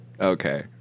Okay